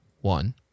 one